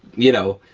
you know,